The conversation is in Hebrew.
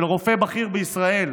של רופא בכיר בישראל,